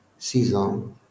season